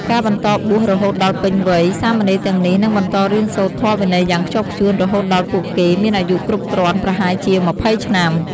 ការបន្តបួសរហូតដល់ពេញវ័យ សាមណេរទាំងនេះនឹងបន្តរៀនសូត្រធម៌វិន័យយ៉ាងខ្ជាប់ខ្ជួនរហូតដល់ពួកគេមានអាយុគ្រប់គ្រាន់ ប្រហែលជា ២០ ឆ្នាំ។